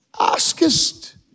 askest